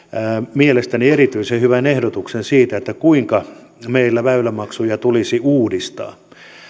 mielestäni erityisen hyvän ehdotuksen siitä kuinka meillä väylämaksuja tulisi uudistaa